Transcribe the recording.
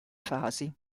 fasi